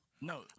No